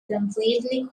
completely